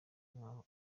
nk’aho